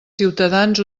ciutadans